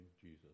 Jesus